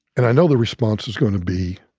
and i know the response is going to be